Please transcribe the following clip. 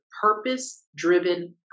purpose-driven